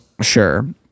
Sure